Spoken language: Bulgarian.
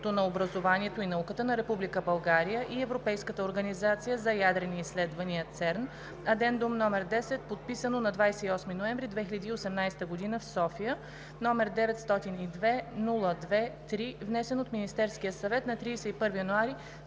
на образованието и науката на Република България и Европейската организация за ядрени изследвания (ЦЕРН) – Addendum № 10, подписано на 28 ноември 2018 г. в София, № 902-02-3, внесен от Министерския съвет на 31 януари